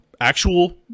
actual